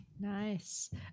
Nice